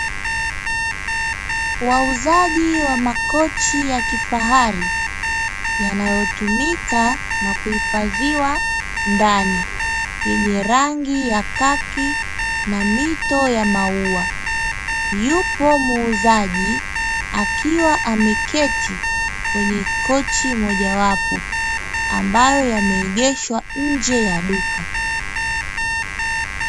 Wauzaji wa makochi ya kifahari yanayotumika na kuhifadhiwa ndani yenye rangi ya kaki na mito ya maua yupo, muuzaji akiwa ameketi kwenye kochi mojawapo ambayo yameegeshwa nje ya duka.